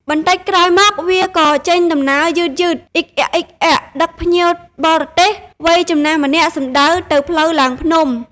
បន្តិចក្រោយមក វាក៏ចេញដំណើរយឺតៗ អ៊ីកអ៊ាកៗ ដឹកភ្ញៀវបរទេសវ័យចំណាស់ម្នាក់សំដៅទៅផ្លូវឡើងភ្នំ ។